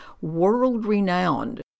world-renowned